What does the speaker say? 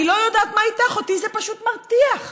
מה הפלא שאי-אפשר לעשות מתווה עם